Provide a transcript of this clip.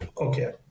Okay